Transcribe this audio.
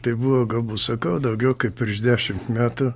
tai buvo gabus sakau daugiau kaip prieš dešim metų